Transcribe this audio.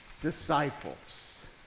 Disciples